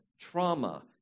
Trauma